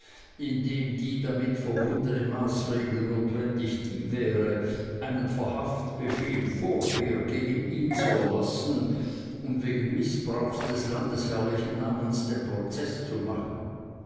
indem die damit verbundene maßregel notwendig die wäre einen verhaftsbefehl vorher gegen ihn zu erlassen und wegen mißbrauchs des landesherrlichen namens den prozeß zu machen